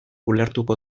ulertuko